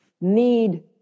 need